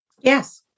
Yes